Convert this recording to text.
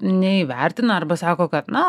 neįvertina arba sako kad na